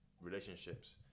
relationships